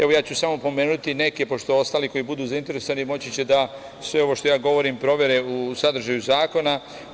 Evo, ja ću samo pomenuti neke, pošto ostali koji budu zainteresovani moći će da sve ovo što ja govorim provere u sadržaju zakona.